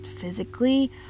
physically